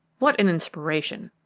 what an inspiration!